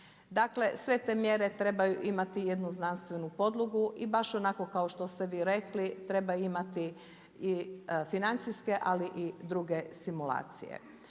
Dakle, sve te mjere trebaju imati jednu znanstvenu podlogu i baš onako kao što ste vi rekli treba imati i financijske i druge simulacije.